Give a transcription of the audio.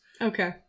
Okay